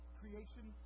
creation